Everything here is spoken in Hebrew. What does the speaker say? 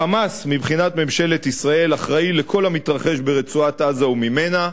ה"חמאס" מבחינת ממשלת ישראל אחראי לכל המתרחש ברצועת-עזה וממנה,